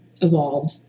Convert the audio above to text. evolved